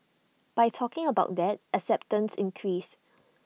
by talking about that acceptance increased